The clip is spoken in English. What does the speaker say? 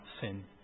sin